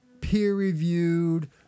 peer-reviewed